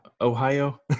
Ohio